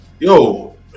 Yo